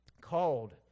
Called